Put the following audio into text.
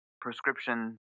prescription